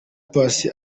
paccy